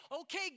okay